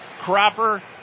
Cropper